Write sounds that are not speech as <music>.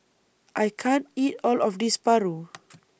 I can't eat All of This Paru <noise>